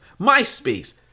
MySpace